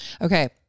Okay